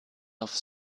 auf